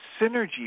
synergy